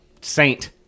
Saint